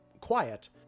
quiet